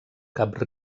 cap